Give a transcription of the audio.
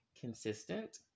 consistent